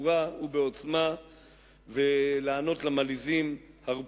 בגבורה ובעוצמה ולענות למלעיזים: הרפו,